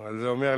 אבל זה אומר,